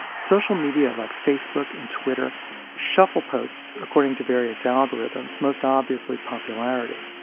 social media like facebook and twitter shuffle posts according to various algorithms, most obviously popularity.